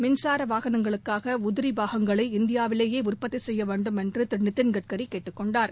மின்சார வாகனங்களுக்காக உதிரி பாகங்களை இந்தியாவிலேயே உற்பத்தி செய்ய வேண்டும் என்று திரு நிதின்கட்கரி கேட்டுக்கொண்டார்